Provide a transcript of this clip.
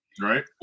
Right